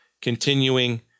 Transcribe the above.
continuing